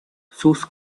sus